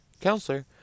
counselor